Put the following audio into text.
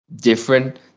different